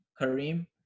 Kareem